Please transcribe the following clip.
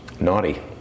Naughty